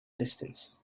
distance